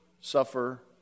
suffer